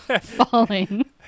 Falling